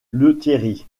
lethierry